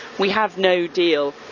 we have no deal.